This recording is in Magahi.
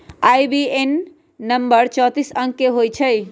आई.बी.ए.एन नंबर चौतीस अंक के होइ छइ